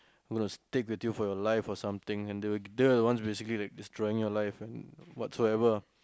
will stick with you for your life or something and they will they were the one that's basically like destroying your life whatsoever